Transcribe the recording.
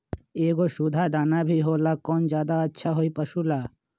एगो सुधा दाना भी होला कौन ज्यादा अच्छा होई पशु ला?